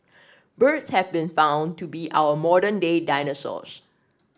birds have been found to be our modern day dinosaurs